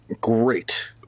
Great